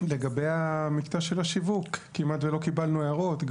לגבי המקטע של השיווק כמעט ולא קיבלנו הערות.